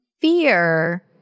fear